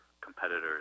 competitors